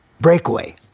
Breakaway